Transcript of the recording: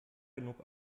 genug